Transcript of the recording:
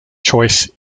choice